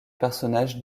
personnages